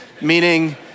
meaning